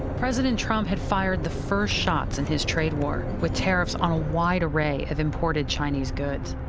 president trump had fired the first shots in his trade war with tariffs on a wide array of imported chinese goods,